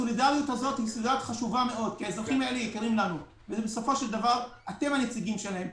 זו סולידריות חשובה מאוד כי האזרחים האלה יקרים לנו ואתם הנציגים שלהם.